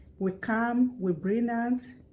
we're calm, we're brilliant,